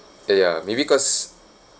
oh ya maybe cause